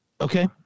Okay